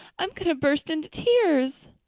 i'm going to burst into tears!